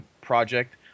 project